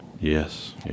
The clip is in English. Yes